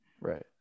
Right